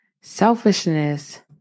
Selfishness